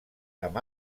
amb